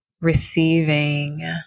receiving